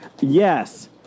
Yes